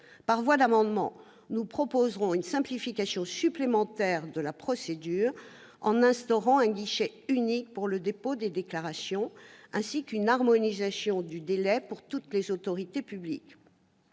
Par voie d'amendement, nous proposerons une simplification supplémentaire de la procédure, à travers l'instauration d'un guichet unique pour le dépôt des déclarations, ainsi qu'une harmonisation du délai pour toutes les autorités publiques.